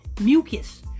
Mucus